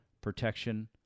protection